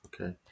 Okay